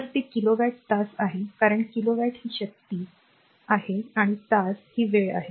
तर ते किलोवॅट तास आहे कारण किलोवॅट ही शक्ती आहे आणि तास ही वेळ आहे